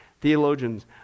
theologians